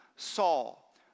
Saul